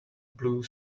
blue